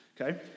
Okay